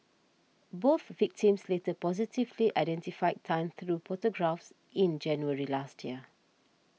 both victims later positively identified Tan through photographs in January last year